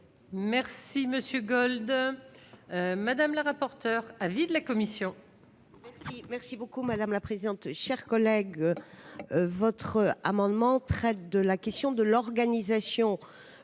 Merci monsieur Gold madame la rapporteure, avis de la commission.